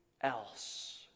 else